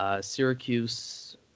Syracuse